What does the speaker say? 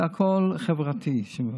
זה הכול חברתי, שמבטלים.